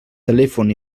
telèfon